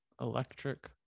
Electric